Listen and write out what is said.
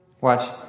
watch